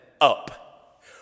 up